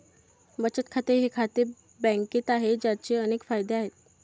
बचत खाते हे खाते बँकेत आहे, ज्याचे अनेक फायदे आहेत